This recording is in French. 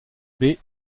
baies